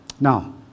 Now